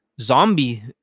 zombie